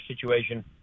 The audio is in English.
situation